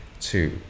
two